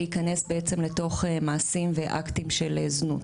להיכנס בעצם לתוך מעשים ואקטים של זנות,